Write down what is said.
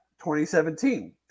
2017